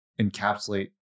encapsulate